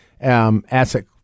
asset